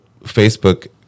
Facebook